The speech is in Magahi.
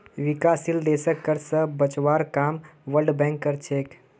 विकासशील देशक कर्ज स बचवार काम वर्ल्ड बैंक कर छेक